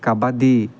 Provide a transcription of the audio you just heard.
kabaddi